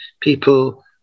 people